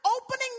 opening